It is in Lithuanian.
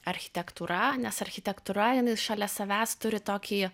architektūra nes architektūra jinai šalia savęs turi tokį